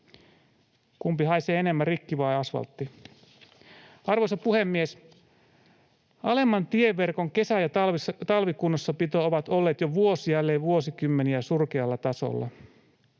Kumpi haisee enemmän, rikki vai asfaltti? Arvoisa puhemies! Alemman tieverkon kesä- ja talvikunnossapito ovat olleet jo vuosia, elleivät vuosikymmeniä, surkealla tasolla.